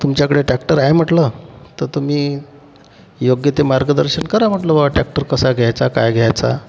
तुमच्याकडे टॅक्टर आहे म्हटलं तर तुम्ही योग्य ते मार्गदर्शन करा म्हटलं बा टॅक्टर कसा घ्यायचा काय घ्यायचा